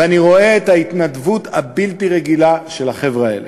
ואני רואה את ההתנדבות הבלתי-רגילה של החבר'ה האלה.